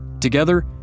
Together